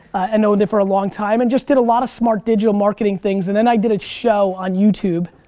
and owned it for a long time, and just did a lot of smart digital marketing things, and then i did a show on youtube,